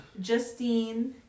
Justine